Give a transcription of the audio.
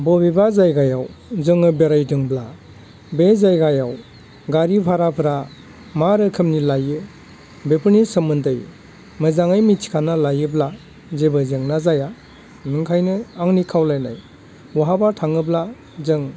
बबेबा जायगायाव जोङो बेरायदोंब्ला बे जायगायाव गारि भाराफ्रा मा रोखोमनि लायो बेफोरनि सोमोन्दै मोजाङै मिथिखानानै लायोब्ला जेबो जेंना जाया बिनिखायनो आंनि खावलायनाय बहाबा थाङोब्ला जों